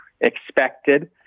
expected